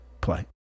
play